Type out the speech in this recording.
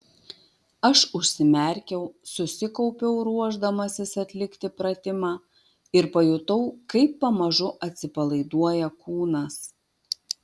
aš užsimerkiau susikaupiau ruošdamasis atlikti pratimą ir pajutau kaip pamažu atsipalaiduoja kūnas